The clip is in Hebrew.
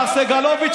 מר סגלוביץ',